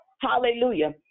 hallelujah